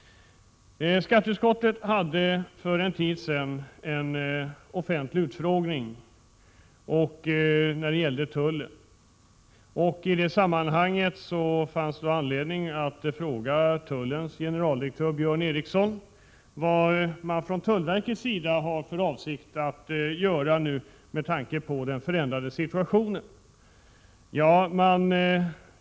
Skatteutskottet hade för en tid sedan en offentlig utfrågning när det gällde tullen. I det sammanhanget fanns det anledning att fråga tullens generaldi rektör Björn Eriksson vad tullverket hade för avsikt att göra med tanke på den förändrade situationen.